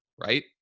right